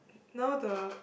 now the